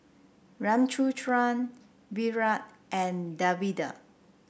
Ramchundra Virat and Davinder